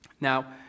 now